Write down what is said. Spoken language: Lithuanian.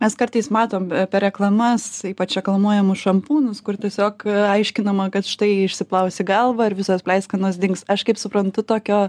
mes kartais matom per reklamas ypač reklamuojamus šampūnus kur tiesiog aiškinama kad štai išsiplausi galvą ir visos pleiskanos dings aš kaip suprantu tokio